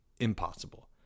impossible